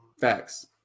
Facts